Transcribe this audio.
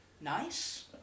Nice